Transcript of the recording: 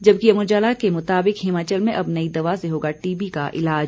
जबकि अमर उजाला के मुताबिक हिमाचल में अब नई दवा से होगा टीबी का इलाज